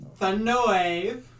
Thunderwave